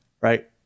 right